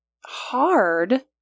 hard